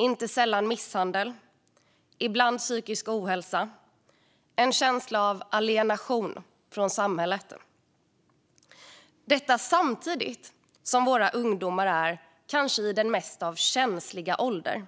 Inte sällan förekommer misshandel, och ibland handlar det om psykisk ohälsa eller en känsla av alienation från samhället. Detta sker samtidigt som våra ungdomar är i den kanske känsligaste åldern,